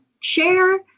share